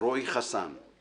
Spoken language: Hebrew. רועי חסן.